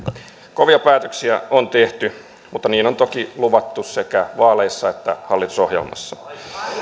kovia päätöksiä on tehty mutta niin on toki luvattu sekä vaaleissa että hallitusohjelmassa